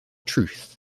truth